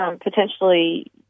potentially